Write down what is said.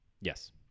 yes